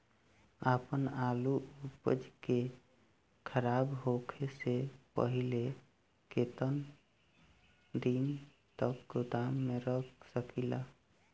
आपन आलू उपज के खराब होखे से पहिले केतन दिन तक गोदाम में रख सकिला?